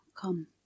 come